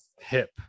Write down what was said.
hip